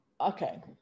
Okay